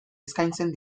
eskaintzen